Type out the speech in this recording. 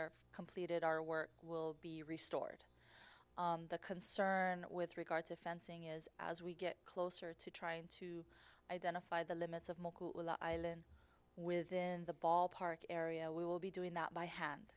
are completed our work will be restored the concern with regard to fencing is as we get closer to trying to identify the limits of mccool island within the ball park area we will be doing that by hand